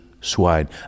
swine